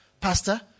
pastor